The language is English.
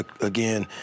again